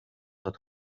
soit